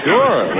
Sure